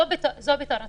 זה בתור התחלה.